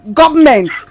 government